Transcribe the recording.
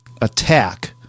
attack